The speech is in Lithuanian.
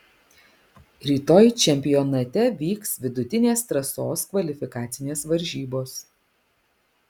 rytoj čempionate vyks vidutinės trasos kvalifikacinės varžybos